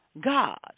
God